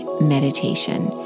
meditation